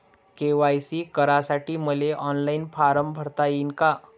KYC करासाठी मले online form भरता येईन का?